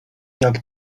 jak